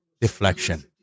Deflection